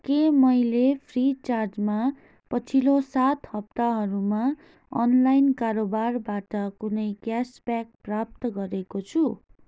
के मैले फ्रिचार्जमा पछिल्लो सात हप्ताहरूमा अनलाइन कारोबारबाट कुनै क्यासब्याक प्राप्त गरेको छु